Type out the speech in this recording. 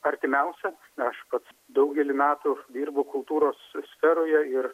artimiausia aš pats daugelį metų dirbu kultūros sferoje ir